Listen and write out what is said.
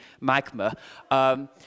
Magma